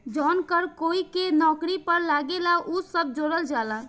जवन कर कोई के नौकरी पर लागेला उ सब जोड़ल जाला